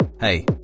Hey